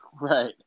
Right